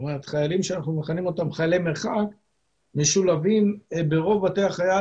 חיילים שאנחנו מכנים אותם חיילי מרחק משולבים ברוב בתי החייל